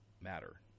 matter